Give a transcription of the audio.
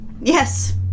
Yes